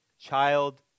child